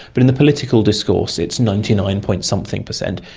but in the political discourse it's ninety nine point something per cent,